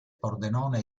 pordenone